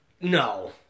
no